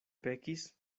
pekis